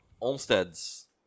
Olmstead's